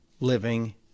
living